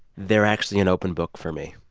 they're actually an open book for me.